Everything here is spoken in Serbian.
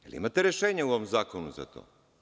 Jel imate rešenje u ovom zakonu za to?